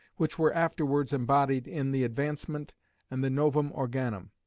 which were afterwards embodied in the advancement and the novum organum.